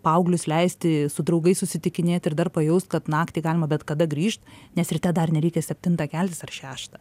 paauglius leisti su draugais susitikinėti ir dar pajaust kad naktį galima bet kada grįžt nes ryte dar nereikia septintą keltis ar šeštą